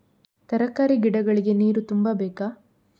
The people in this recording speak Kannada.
ತರಕಾರಿ ಗಿಡಗಳಿಗೆ ನೀರು ತುಂಬಬೇಕಾ?